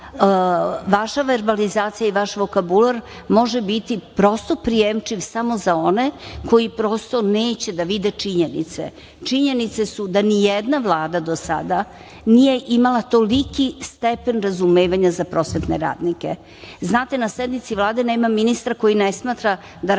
vaša verbalizacija i vaš vokabular može biti prosto prijemčiv samo za one koji prosto neće da vide činjenice. Činjenice su da nijedna Vlada do sada nije imala toliki stepen razumevanja za prosvetne radnike. Znate na sednici Vlade nema ministra koji ne smatra da resor